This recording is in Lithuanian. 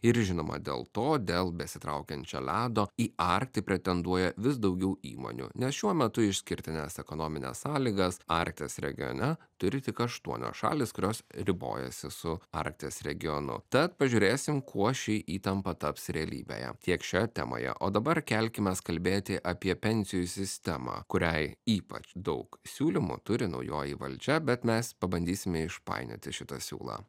ir žinoma dėl to dėl besitraukiančio ledo į arktį pretenduoja vis daugiau įmonių nes šiuo metu išskirtines ekonomines sąlygas arkties regione turi tik aštuonios šalys kurios ribojasi su arkties regionu tad pažiūrėsim kuo ši įtampa taps realybėje tiek šioje temoje o dabar kelkimės kalbėti apie pensijų sistemą kuriai ypač daug siūlymų turi naujoji valdžia bet mes pabandysime išpainioti šitą siūlą